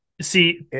See